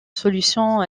solution